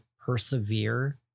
persevere